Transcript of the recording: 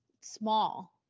small